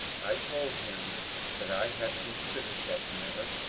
i told him that i had considered that matter,